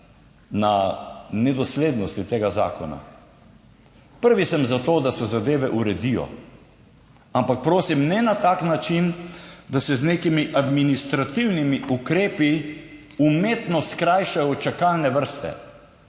na nedoslednosti tega zakona. Prvi sem za to, da se zadeve uredijo, ampak prosim, ne na tak način, da se z nekimi administrativnimi ukrepi umetno skrajšajo čakalne vrste.